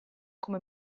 come